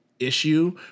Issue